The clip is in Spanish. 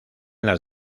las